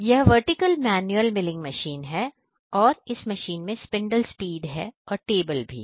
यह vertical manual milling machine है और इस मशीन में स्पिंडल स्पीड है और टेबल भी है